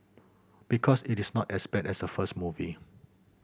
because it is not as bad as a first movie